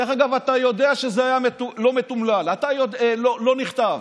דרך אגב, אתה יודע שזה היה לא מתומלל, לא נכתב.